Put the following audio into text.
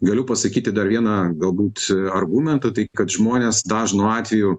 galiu pasakyti dar vieną galbūt argumentą tai kad žmonės dažnu atveju